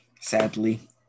Sadly